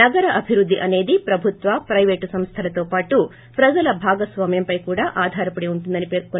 నగర లభివృద్ది అనేది ప్రభుత్వ ప్రేపేటు సంస్థలతో పాటు ప్రజల భాగస్వామ్యంపై కూడా ఆధారపడి ఉంటుందని పేర్కొన్నారు